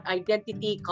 identity